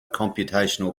computational